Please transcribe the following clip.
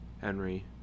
Henry